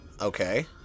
Okay